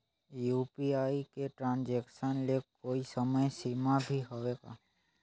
UPI के transaction ले कोई समय सीमा भी हवे का?